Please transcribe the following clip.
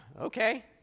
okay